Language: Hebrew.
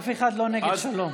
אף אחד לא נגד שלום.